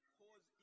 cause